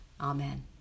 Amen